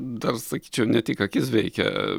dar sakyčiau ne tik akis veikia